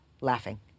laughing